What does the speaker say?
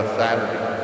saturday